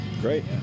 great